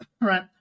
right